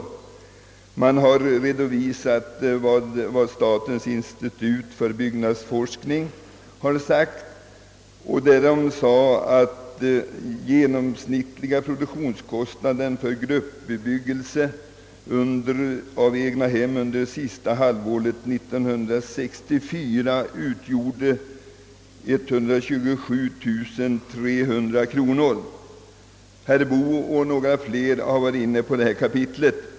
Vederbörande har redovisat statens instituts för byggnadsforskning uttalande, att den genomsnittliga — produktionskostnaden = för gruppbebyggelse av egnahem under sista halvåret 1964 utgjorde 127300 kronor. Herr Boo och några andra har behandlat denna sak.